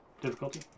Difficulty